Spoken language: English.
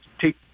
take